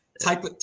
type